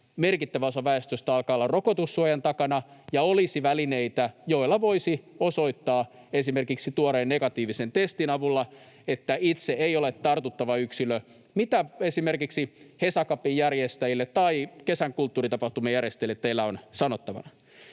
merkittävä osa väestöstä alkaa olla rokotussuojan takana ja olisi välineitä, joilla voisi osoittaa esimerkiksi tuoreen negatiivisen testin avulla, että itse ei ole tartuttava yksilö? Mitä esimerkiksi Hesa Cupin järjestäjille tai kesän kulttuuritapahtumien järjestäjille teillä on sanottavana?